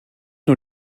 nur